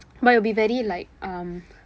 but it will be very like um